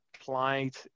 applied